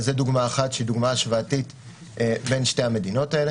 זו דוגמה אחת שהיא דוגמה השוואתית בין שתי האופציות.